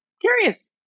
Curious